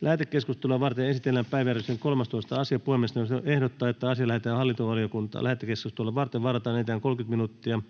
Lähetekeskustelua varten esitellään päiväjärjestyksen 13. asia. Puhemiesneuvosto ehdottaa, että asia lähetetään hallintovaliokuntaan. Lähetekeskusteluun varataan enintään 30 minuuttia.